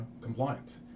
compliance